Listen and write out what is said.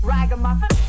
Ragamuffin